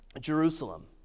Jerusalem